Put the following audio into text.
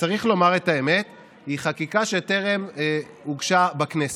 שצריך לומר את האמת, היא חקיקה שטרם הוגשה בכנסת,